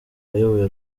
wayoboye